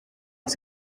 els